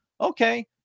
Okay